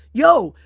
yo,